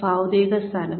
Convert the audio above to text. ഭൌതിക സ്ഥാനം